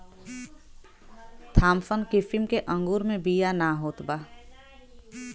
Thompson किसिम के अंगूर मे बिया ना होत बा